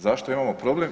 Zašto imamo problem?